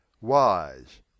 wise